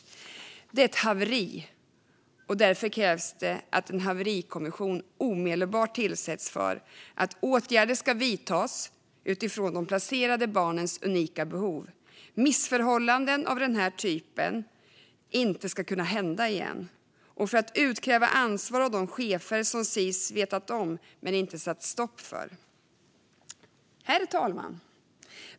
Detta är ett haveri, och därför krävs det att en haverikommission omedelbart tillsätts för att se till att åtgärder vidtas utifrån de placerade barnens unika behov missförhållanden av den här typen inte uppstår igen ansvar utkrävs av de chefer inom Sis som vetat om men inte satt stopp för detta. Herr talman!